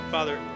Father